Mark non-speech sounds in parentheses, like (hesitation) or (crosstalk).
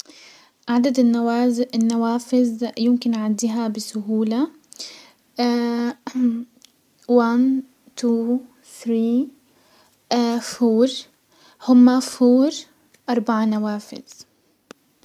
عدد النوافذ يمكن عدها بسهولة، (hesitation) وان، تو، ثري، (hesitation) فور، هم فور، اربعة نوافذ.